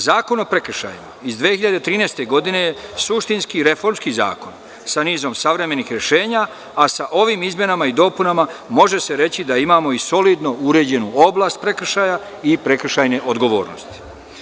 Zakon o prekršajima iz 2013. godine je suštinski i reformski zakon sa nizom savremenih rešenja, a sa ovim izmenama i dopunama može se reći da imamo i solidno uređenu oblast prekršaja i prekršajne odgovornosti.